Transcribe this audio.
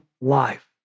life